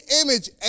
image